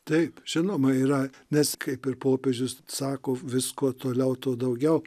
taip žinoma yra nes kaip ir popiežius sako vis kuo toliau tuo daugiau